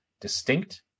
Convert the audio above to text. distinct